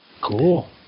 Cool